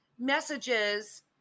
messages